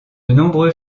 nombreux